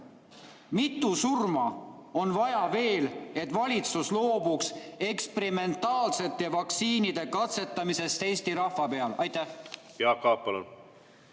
Mitu surma on veel vaja, et valitsus loobuks eksperimentaalsete vaktsiinide katsetamisest Eesti rahva peal? Aitäh! Küsimus on